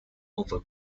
over